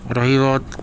رہی بات